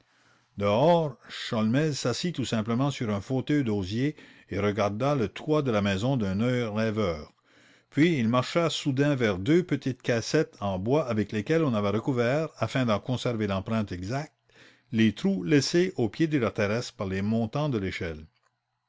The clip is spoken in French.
sholmès s'assît tout simplement sur un fauteuil d'osier et regarda le toit de la maison d'un œil rêveur puis il marcha soudain vers deux petites caissettes en bois avec lesquelles on avait recouvert afin d'en conserver l'empreinte exacte les trous laissés au pied de la terrasse par les montants de l'échelle